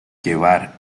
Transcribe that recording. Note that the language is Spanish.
llevar